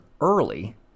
early